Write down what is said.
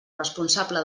responsable